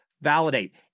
validate